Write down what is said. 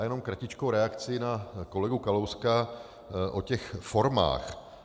Jenom kratičkou reakci na kolegu Kalouska o těch formách.